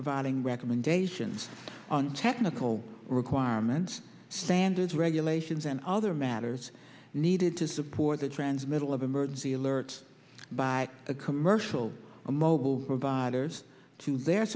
providing recommendations on technical requirements standards regulations and other matters needed to support the transmittal of emergency alert by a commercial mobile providers to their